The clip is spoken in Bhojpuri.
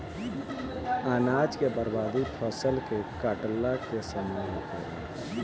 अनाज के बर्बादी फसल के काटला के समय होखेला